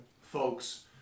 folks